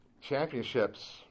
Championships